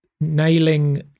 nailing